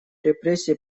репрессии